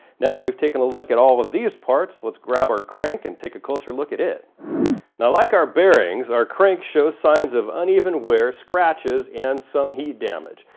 now that we've taken a look at all of these parts, lets grab our crank and take a closer look at it like our bearings, our crank shows signs of uneven wear, scratches and some heat damage.